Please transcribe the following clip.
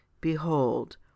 behold